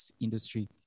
industry